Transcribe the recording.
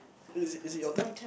is is your turn